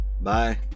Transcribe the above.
Bye